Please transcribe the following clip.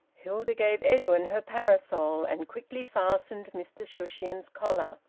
hilda gave edwin her parasol and quickly fastened mr shushions's collar,